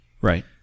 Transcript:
Right